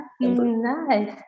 nice